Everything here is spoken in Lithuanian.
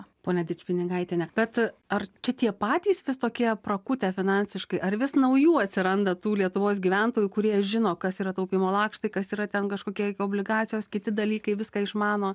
ponia dičpinigaitiene bet ar čia tie patys vis tokie prakutę finansiškai ar vis naujų atsiranda tų lietuvos gyventojų kurie žino kas yra taupymo lakštai kas yra ten kažkokie obligacijos kiti dalykai viską išmano